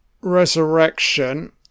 Resurrection